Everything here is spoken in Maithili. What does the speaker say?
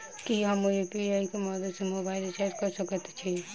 की हम यु.पी.आई केँ मदद सँ मोबाइल रीचार्ज कऽ सकैत छी?